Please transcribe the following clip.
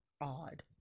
odd